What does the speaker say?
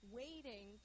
waiting